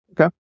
Okay